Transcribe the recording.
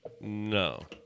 No